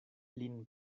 lin